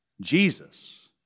Jesus